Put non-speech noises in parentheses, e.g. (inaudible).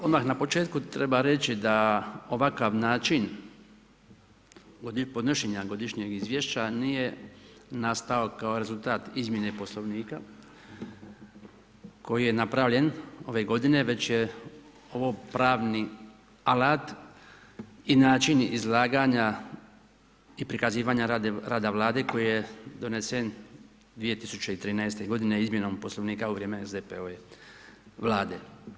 Odmah na početku treba reći da ovakav način podnošenja godišnjeg izvješća nije nastao kao rezultat izmjene Poslovnika koji je napravljen ove godine, već je ovo pravni alat i način izlaganja i prikazivanja rada Vlade koji je donesen 2013. izmjenom poslovnika u vrijeme ZPO ... (unintelligible) Vlade.